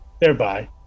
Thereby